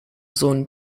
sohn